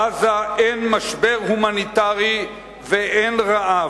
בעזה אין משבר הומניטרי ואין רעב,